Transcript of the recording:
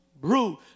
brute